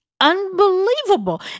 unbelievable